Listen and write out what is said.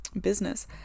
Business